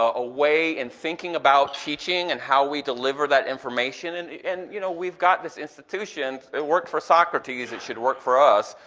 ah and thinking about teaching and how we deliver that information, and and you know we've got this institution it worked for socrates, it should work for us.